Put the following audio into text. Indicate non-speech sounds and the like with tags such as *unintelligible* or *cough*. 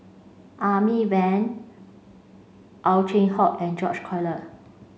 *unintelligible* Van Ow Chin Hock and George Collyer